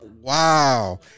wow